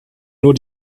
nur